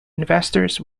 investors